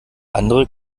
andere